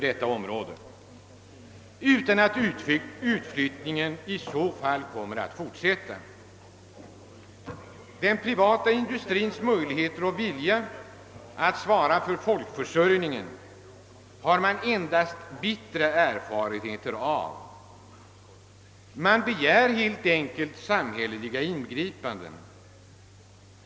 De tror i stället att utflyttningen kommer att fortsätta. Den privata industrins möjligheter och vilja att svara för folkförsörjningen har befolkningen endast bittra erfarenheter av. De begär helt enkelt samhälleliga ingripanden.